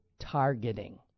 targeting